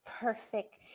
Perfect